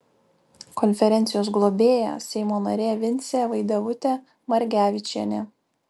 konferencijos globėja seimo narė vincė vaidevutė margevičienė